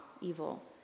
evil